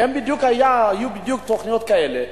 היו בדיוק תוכניות כאלה.